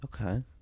Okay